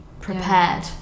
prepared